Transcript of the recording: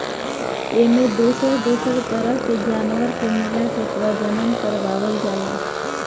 एमें दोसर दोसर तरह के जानवर के मिलाके प्रजनन करवावल जाला